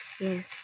Yes